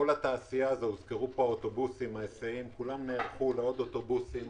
בכל התעשייה נערכו לעוד אוטובוסים,